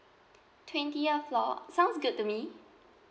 twentieth floor sounds good to me